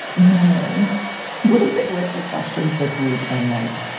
no what is it with their questions this week? and like,